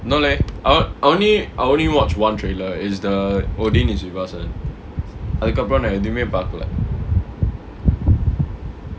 no leh I only I only watch one trailer is the odin is with us one அதுக்கப்பறம் நா எதுமே பாக்கல:athukkapparam naa ethumae paakkala